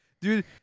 dude